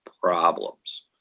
problems